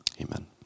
Amen